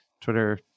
Twitter